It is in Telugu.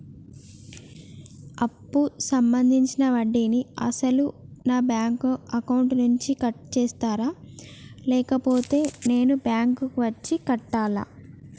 అప్పు సంబంధించిన వడ్డీని అసలు నా బ్యాంక్ అకౌంట్ నుంచి కట్ చేస్తారా లేకపోతే నేను బ్యాంకు వచ్చి కట్టాలా?